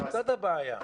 זאת הבעיה.